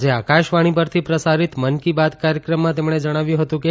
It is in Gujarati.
આજે આકાશવાણી પરથી પ્રસારિત મન કી બાત કાર્યક્રમમાં તેમણે જણાવ્યું હતું કે